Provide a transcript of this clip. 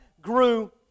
grew